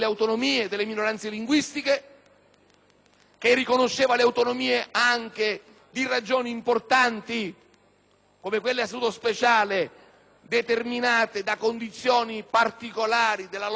che riconosceva le autonomie anche di Regioni importanti come quelle a Statuto speciale determinate da condizioni particolari della loro storia civile